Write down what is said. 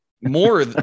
more